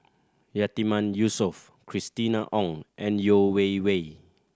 Yatiman Yusof Christina Ong and Yeo Wei Wei